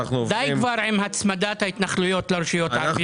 די כבר עם הצמדת ההתנחלויות לרשויות הערביות.